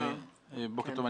בוקר טוב,